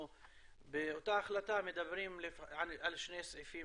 באותה החלטה אנחנו מדברים בעיקר על שני סעיפים.